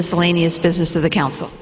miscellaneous business of the council